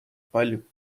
paljud